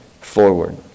forward